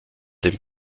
den